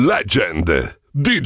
Legend